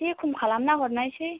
एसे खम खालामना हरनोसै